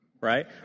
right